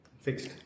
fixed